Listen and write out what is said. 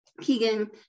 Keegan